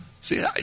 See